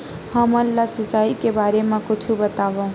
हमन ला सिंचाई के बारे मा कुछु बतावव?